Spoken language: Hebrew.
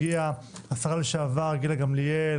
את השרה לשעבר גילה גמליאל,